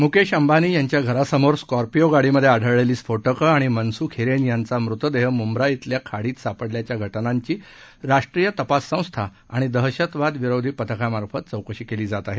मुकेश अंबानी यांच्या घरासमोर स्कॉर्पिओ गाडीमध्ये आढळलेली स्फोटकं आणि मनसूख हिरेन यांचा मृतदेह मुंब्रा येथील खाडीत सापडल्याच्या घटनांची राष्ट्रीय तपास संस्था आणि दहशतवादविरोधी पथकामार्फत चौकशी केली जात आहे